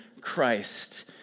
Christ